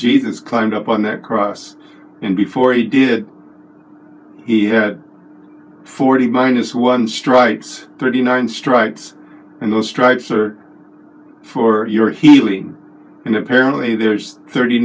jesus climbed up on that cross and before he did he had forty minus one stripes thirty nine stripes and the stripes are for your healing and apparently there's thirty